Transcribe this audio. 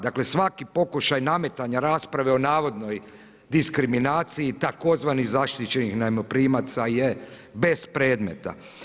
Dakle svaki pokušaj nametanja rasprave o navodnoj diskriminaciji tzv. zaštićenih najmoprimaca je bespredmetan.